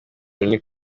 loni